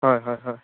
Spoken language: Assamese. হয় হয় হয়